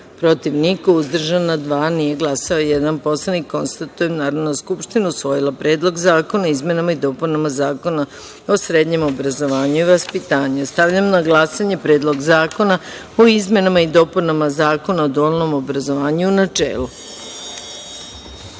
protiv – niko, uzdržanih – dva, nije glasao jedan poslanik. Konstatujem da je Narodna skupština usvojila Predlog zakona o izmenama i dopunama Zakona o srednjem obrazovanju i vaspitanju. Stavljam na glasanje Predlog zakona o izmenama i dopunama Zakona o dualnom obrazovanju, u